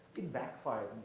it backfired